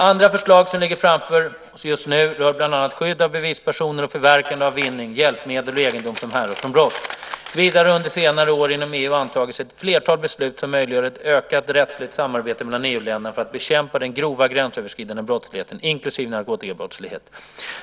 Andra förslag som ligger framför oss just nu rör bland annat skydd av bevispersoner och förverkande av vinning, hjälpmedel och egendom som härrör från brott. Vidare har under senare år inom EU antagits ett flertal beslut som möjliggör ett ökat rättsligt samarbete mellan EU-länder för att bekämpa den grova, gränsöverskridande brottsligheten, inklusive narkotikabrottslighet.